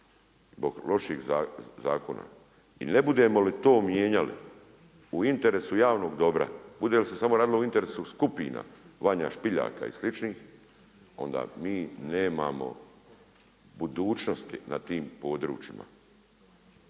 Zbog loših zakona. I ne budemo li to mijenjali u interesu javnog dobra, bude li se samo radilo o interesu skupina Vanja Špiljaka i sličnih, onda mi nemamo budućnosti na tim područjima.